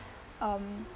um